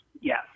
Yes